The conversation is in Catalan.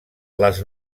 les